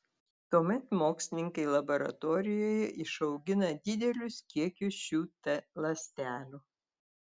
tuomet mokslininkai laboratorijoje išaugina didelius kiekius šių t ląstelių